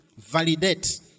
Validate